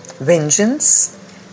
vengeance